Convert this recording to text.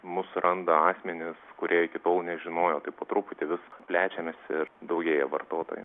mus randa asmenys kurie iki tol nežinojo tai po truputį vis plečiamės ir daugėja vartotojų